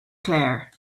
claire